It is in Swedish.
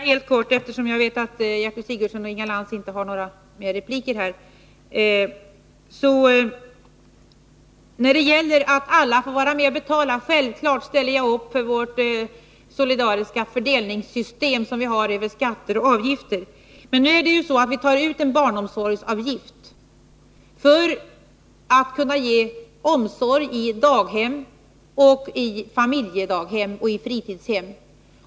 Herr talman! Jag skall fatta mig kort, eftersom jag vet att Gertrud Sigurdsen och Inga Lantz inte har fler repliker. När det gäller talet om att alla får vara med och betala vill jag deklarera att jag självfallet ställer mig bakom det solidariska fördelningssystem som vi har genom skatter och avgifter. Men nu tar vi ut en barnomsorgsavgift för att kunna ge omsorg i daghem, familjedaghem och fritidshem.